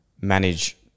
manage